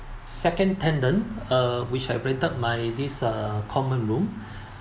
second tenant uh which I rented my this uh common room